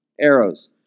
Arrows